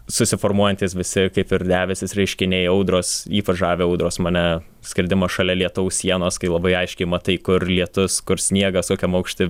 susiformuojantys visi kaip ir debesys reiškiniai audros ypač žavi audros mane skridimas šalia lietaus sienos kai labai aiškiai matai kur lietus kur sniegas kokiam aukšty